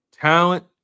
Talent